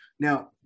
Now